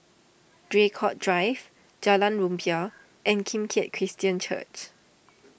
Draycott Drive Jalan Rumbia and Kim Keat Christian Church